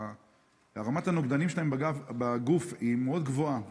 רמת הנוגדנים שלהם בגוף היא מאוד גבוהה,